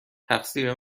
تقصیر